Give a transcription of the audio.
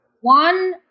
One